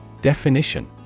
Definition